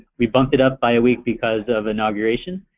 we bumped it up by a week because of inauguration,